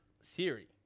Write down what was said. Siri